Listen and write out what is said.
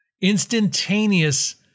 Instantaneous